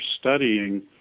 studying